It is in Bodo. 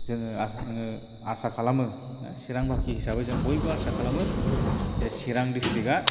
जोङो आङो आसा खालामो चिरां बाखि हिसाबै जों बयबो आसा खालामो जे चिरां डिस्ट्रिक्टआ